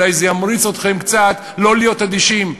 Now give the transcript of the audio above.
אולי זה ימריץ אתכם קצת לא להיות אדישים: